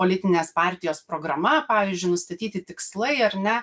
politinės partijos programa pavyzdžiui nustatyti tikslai ar ne